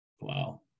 Wow